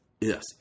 Yes